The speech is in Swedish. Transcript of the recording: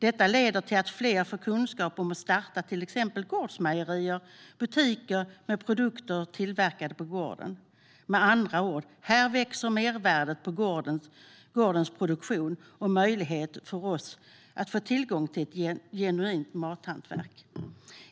Det leder till att fler får kunskap om att starta till exempel gårdsmejerier och butiker med produkter tillverkade på gården. Med andra ord: Här växer mervärdet på gårdens produktion och en möjlighet för oss att få tillgång till ett genuint mathantverk.